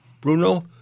Bruno